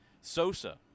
Sosa